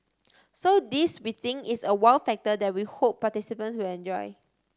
so this we think is a wow factor that we hope participants will enjoy